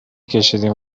کشیدیم